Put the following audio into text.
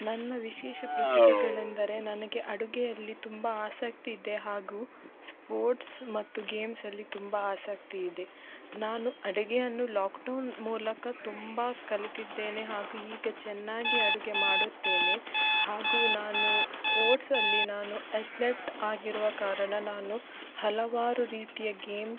ನನ್ನ ವಿಶೇಷ ಪ್ರತಿಭೆಗಳೆಂದರೆ ನನಗೆ ಅಡುಗೆಯಲ್ಲಿ ತುಂಬ ಆಸಕ್ತಿ ಇದೆ ಹಾಗೂ ಸ್ಪೋರ್ಟ್ಸ್ ಮತ್ತು ಗೇಮ್ಸ್ ಅಲ್ಲಿ ತುಂಬ ಆಸಕ್ತಿ ಇದೆ ನಾನು ಅಡುಗೆಯನ್ನು ಲಾಕ್ಡೌನ್ ಮೂಲಕ ತುಂಬ ಕಲಿತಿದ್ದೇನೆ ಹಾಗೂ ಈಗ ಚೆನ್ನಾಗಿ ಅಡುಗೆ ಮಾಡುತ್ತೇನೆ ಹಾಗೂ ನಾನು ಸ್ಪೋರ್ಟ್ಸ್ ಅಲ್ಲಿ ನಾನು ಅಥ್ಲೆಟ್ ಆಗಿರುವ ಕಾರಣ ನಾನು ಹಲವಾರು ರೀತಿಯ ಗೇಮ್ಸ್